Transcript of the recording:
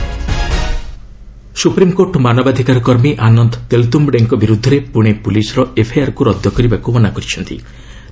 SC activist supreme court ମାନବାଧକାର କର୍ମୀ ଆନନ୍ଦ ତେଲ୍ତୁମ୍ଭୁଡେଙ୍କ ବିରୁଦ୍ଧରେ ପୁଣେ ପୁଲିସ୍ର ଏଫ୍ଆଇଆର୍କୁ ରଦ୍ଦ କରିବାକୁ ମନା କରିଛନ୍ତି